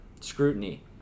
scrutiny